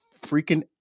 freaking